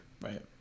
Right